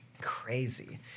Crazy